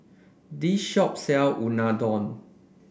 this shop sells Unadon